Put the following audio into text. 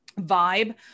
vibe